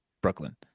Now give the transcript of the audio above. Brooklyn